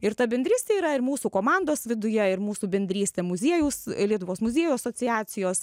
ir ta bendrystė yra ir mūsų komandos viduje ir mūsų bendrystė muziejaus lietuvos muziejų asociacijos